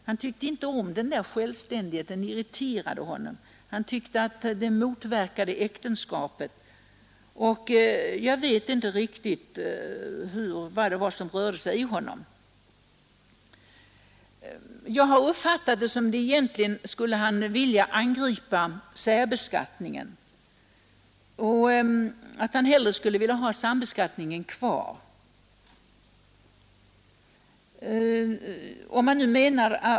Han tyckte inte om självständigheten — den irriterade honom. Han tyckte att systemet motverkade äktenskapet. Jag vet inte riktigt vad som rörde sig inom honom. Det föreföll mig, som om han ville angripa särbeskattningen och önskade en sambeskattning.